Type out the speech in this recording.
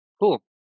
cool